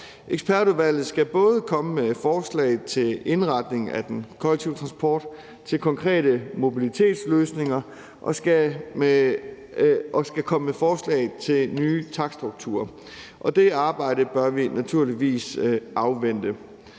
Ekspertudvalget skal både komme med forslag til indretning af den kollektive transport til konkrete mobilitetsløsninger og skal komme med forslag til nye takststrukturer, og det arbejde bør vi naturligvis afvente.